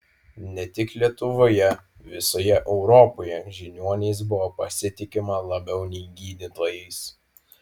ne tik lietuvoje visoje europoje žiniuoniais buvo pasitikima labiau nei gydytojais